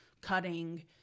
cutting